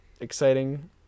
exciting